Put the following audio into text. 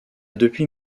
depuis